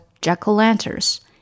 jack-o'-lanterns